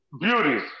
beauties